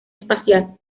espacial